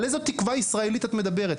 על איזו תקווה ישראלית את מדברת?